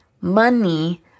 money